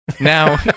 Now